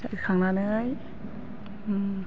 एवखांनानै